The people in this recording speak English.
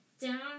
Down